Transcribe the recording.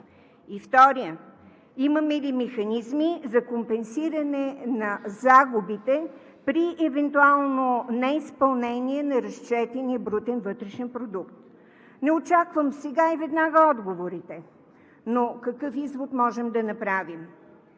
Вторият: имаме ли механизми за компенсиране на загубите при евентуално неизпълнение на разчетения брутен вътрешен продукт? Не очаквам сега и веднага отговорите. Какъв извод можем да направим?